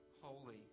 holy